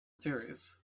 series